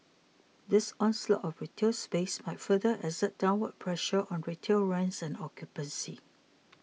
this onslaught of retail space might further exert downward pressure on retail rents and occupancy